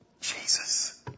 Jesus